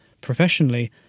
Professionally